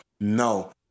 No